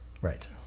Right